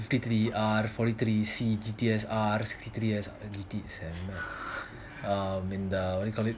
fifty three R forty three C G T S R sixty three um I mean the what do you call it